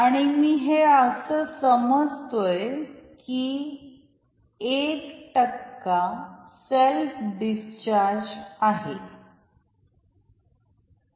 आणि हे मी असं समजतोय की एक सेल्फ डिस्चार्ज आहे